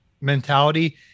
mentality